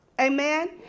Amen